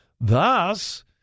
thus